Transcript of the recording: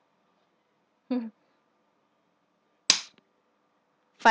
fi~